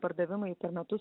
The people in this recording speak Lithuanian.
pardavimai per metus